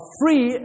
free